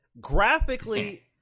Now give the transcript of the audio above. Graphically